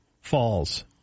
falls